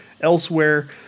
elsewhere